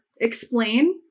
explain